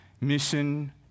mission